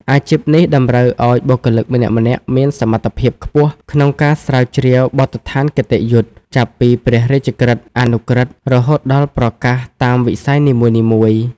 អាជីពនេះតម្រូវឱ្យបុគ្គលម្នាក់ៗមានសមត្ថភាពខ្ពស់ក្នុងការស្រាវជ្រាវបទដ្ឋានគតិយុត្តិ ចាប់ពីព្រះរាជក្រឹត្យ អនុក្រឹត្យ រហូតដល់ប្រកាសតាមវិស័យនីមួយៗ។